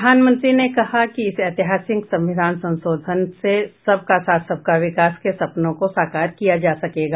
प्रधानमंत्री ने कहा कि इस ऐतिहासिक संविधान संशोधन से सबका साथ सबका विकास के सपनों को साकार किया जा सकेगा